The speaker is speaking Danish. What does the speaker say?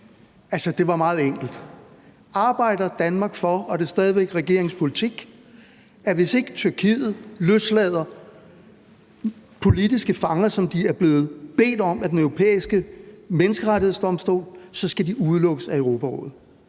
det var meget enkelt: Arbejder Danmark for, og er det stadig væk regeringens politik, at hvis ikke Tyrkiet løslader politiske fanger, som de er blevet bedt om af Den Europæiske Menneskerettighedsdomstol, skal de udelukkes af Europarådet?